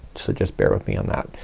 so just bear with me on that.